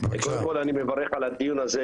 קודם כל אני מברך על הדיון הזה,